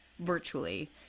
virtually